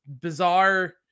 bizarre